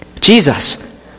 Jesus